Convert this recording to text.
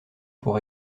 pour